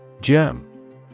Gem